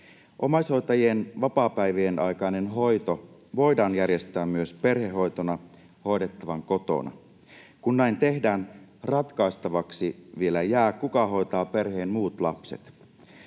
Omaishoitajien vapaapäivien aikainen hoito voidaan järjestää myös perhehoitona hoidettavan kotona. Kun näin tehdään, ratkaistavaksi vielä jää, kuka hoitaa perheen muut lapset.